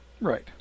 Right